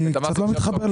אני קצת לא מתחבר.